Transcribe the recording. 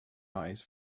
eyes